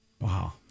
Wow